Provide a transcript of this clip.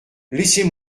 laissez